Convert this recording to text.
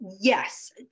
Yes